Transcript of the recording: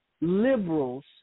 liberals